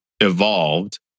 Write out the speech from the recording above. evolved